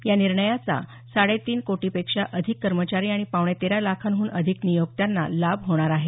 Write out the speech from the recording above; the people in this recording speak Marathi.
या निर्णयाचा साडे तीन कोटीपेक्षा अधिक कर्मचारी अणि पावणे तेरा लाखाहून अधिक नियोक्त्यांना लाभ होणार आहे